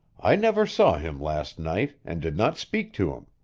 i never saw him last night, and did not speak to him.